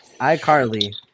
iCarly